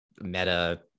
meta